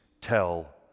tell